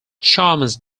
charmers